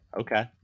Okay